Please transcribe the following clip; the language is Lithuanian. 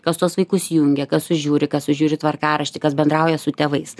kas tuos vaikus jungia kas sužiūri kad sužiūri tvarkaraštį kas bendrauja su tėvais